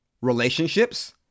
relationships